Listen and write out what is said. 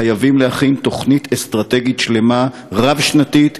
חייבים להכין תוכנית אסטרטגית שלמה, רב-שנתית,